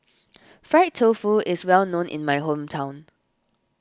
Fried Tofu is well known in my hometown